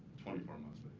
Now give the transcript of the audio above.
twenty four months.